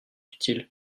utile